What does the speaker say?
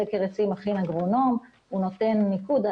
את סקר העצים מכין אגרונום שהוא נותן מיקוד.